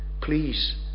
please